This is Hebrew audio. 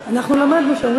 כן.